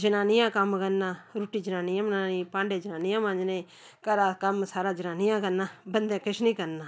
जनानियां कम्म करना रुट्टी जनानियां बनानी भांडे जनानियां मांजने घरा दा कम्म सारा जनानियां करना बंदे किश निं करना